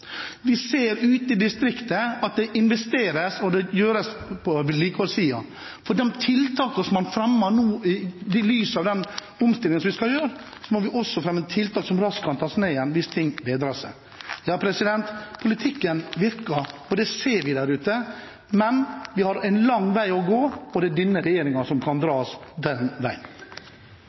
Vi ser ute i distriktet at det investeres, også på vedlikeholdssiden, og når det gjelder de tiltakene man har fremmet i lys av den omstillingen vi skal gjøre, må vi også fremme tiltak som raskt kan tas ned igjen hvis ting bedrer seg. Politikken virker, og det ser vi der ute, men vi har en lang